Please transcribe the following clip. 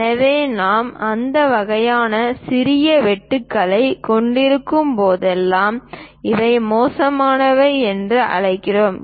எனவே நாம் அந்த வகையான சிறிய வெட்டுக்களைக் கொண்டிருக்கும்போதெல்லாம் இவை மோசமானவை என்று அழைக்கிறோம்